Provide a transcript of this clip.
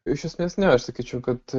iš esmės ne aš sakyčiau kad